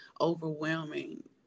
overwhelming